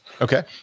okay